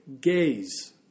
gaze